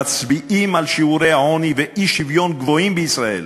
המצביעים על שיעורי עוני ואי-שוויון גבוהים בישראל